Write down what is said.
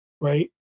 right